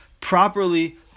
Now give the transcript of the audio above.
properly